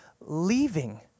leaving